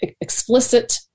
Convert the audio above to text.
explicit